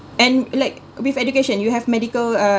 and like with education you have medical uh